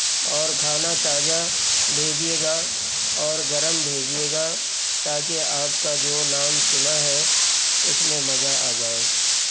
اور کھانا تازہ بھیجیے گا اور گرم بھیجیے گا تاکہ آپ کا جو نام سنا ہے اس میں مزہ آ جائے